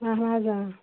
اَہَن حظ آ